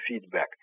feedback